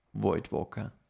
Voidwalker